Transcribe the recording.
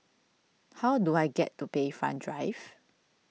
how do I get to Bayfront Drive